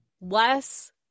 less